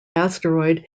asteroid